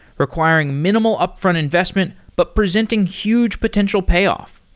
requiring minimal upfront investment, but presenting huge potential payoff.